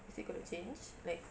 it's still going to change like